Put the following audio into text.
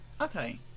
Okay